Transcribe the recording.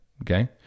Okay